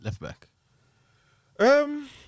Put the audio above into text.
left-back